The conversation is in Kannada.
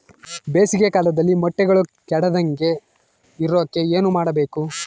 ಬೇಸಿಗೆ ಕಾಲದಲ್ಲಿ ಮೊಟ್ಟೆಗಳು ಕೆಡದಂಗೆ ಇರೋಕೆ ಏನು ಮಾಡಬೇಕು?